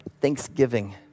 thanksgiving